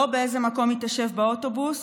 לא באיזה מקום היא תשב באוטובוס,